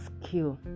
skill